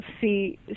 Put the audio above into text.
see